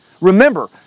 Remember